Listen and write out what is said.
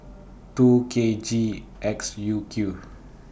two K G X U Q